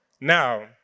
Now